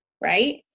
right